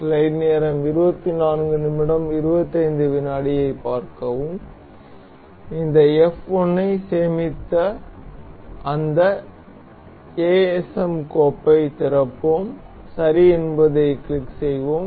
இந்த f 1 ஐ சேமித்த அந்த asm கோப்பை திறப்போம் சரி என்பதைக் கிளிக் செய்வோம்